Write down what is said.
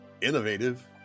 innovative